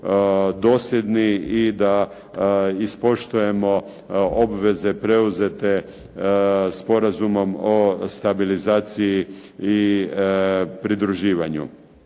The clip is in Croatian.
dosljedni i da ispoštujemo obveze preuzete Sporazumom o stabilizaciji i pridruživanju.